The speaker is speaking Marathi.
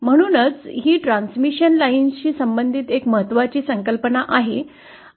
म्हणूनच ही ट्रान्समिशन लाईनशी संबंधित एक महत्वाची संकल्पना आहे